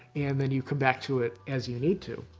and, then you come back to it as you need to.